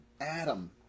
Adam